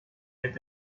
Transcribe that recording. had